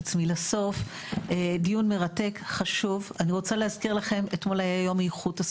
אחד הטונים שיש לתת דרך החוק הזה לצמצום השקיות זה הנושא של